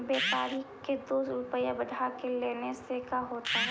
व्यापारिक के दो रूपया बढ़ा के लेने से का होता है?